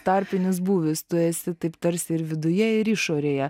tarpinis būvis tu esi taip tarsi ir viduje ir išorėje